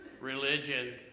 religion